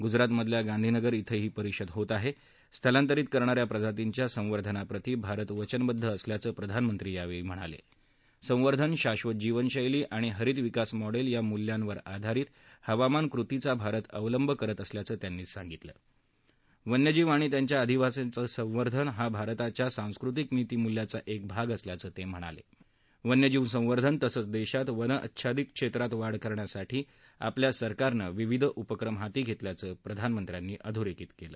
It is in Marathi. गुजरातमधल्या गांधीनगर क्वे ही परिषद होत आह स्थलातंरीत करणाऱ्या प्रजातीच्या संवर्धनप्रती भारत वचनबद्ध असल्याचं प्रधानमंत्री यावछी म्हणाल संवर्धन शाक्षात जीवन शैली आणि हरित विकास मॉडवीया मूल्यांवर आधारित हवामान कृतीचा भारत अवलंब करत आहा असं त म्हणाल अन्यजीव आणि त्यांच्या अधिवासाचं संवर्धन हा भारताच्या सांस्कृतीक नितीमूल्याचा एक भाग असल्याचं तक्हिणाला प्रन्यजीव संवर्धन तसंव दक्षित वन अच्छादीत क्षमति वाढ करण्यासाठी आपल्या सरकरानं विविध उपक्रम हाती घक्कियाचं प्रधानमंत्र्यांनी आधोरखित कवि